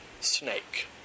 snake